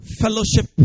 fellowship